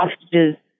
hostages